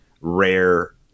rare